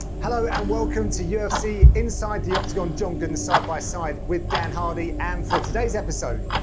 hello, and welcome to ufc inside the octagon. john gooden side by side with dan hardy and for today's episode,